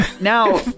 Now